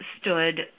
stood